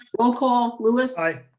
roll call. louis. i.